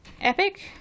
epic